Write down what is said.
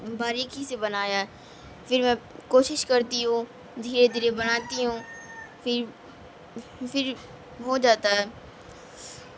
باریکی سے بنایا پھر میں کوشش کرتی ہوں دھیرے دھیرے بناتی ہوں پھر پھر ہو جاتا ہے